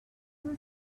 was